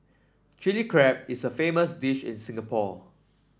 Chilli Crab is a famous dish in Singapore